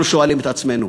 אנחנו שואלים את עצמנו.